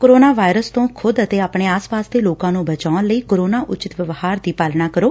corona virus ਤੋਂ ਖੁਦ ਅਤੇ ਆਪਣੇ ਆਸ ਪਾਸ ਦੇ ਲੋਕਾ ਨੰ ਬਚਾਉਣ ਲਈ ਕੋਰੋਨਾ ਉਚਿਤ ਵਿਵਹਾਰ ਦੀ ਪਾਲਣਾ ਕਰੋ